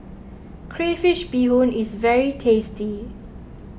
Crayfish BeeHoon is very tasty